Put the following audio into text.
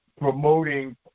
promoting